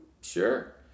sure